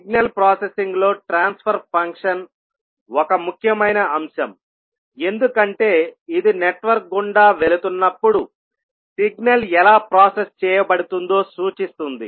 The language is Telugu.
సిగ్నల్ ప్రాసెసింగ్లో ట్రాన్స్ఫర్ ఫంక్షన్ ఒక ముఖ్యమైన అంశం ఎందుకంటే ఇది నెట్వర్క్ గుండా వెళుతున్నప్పుడు సిగ్నల్ ఎలా ప్రాసెస్ చేయబడుతుందో సూచిస్తుంది